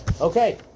Okay